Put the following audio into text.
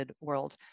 world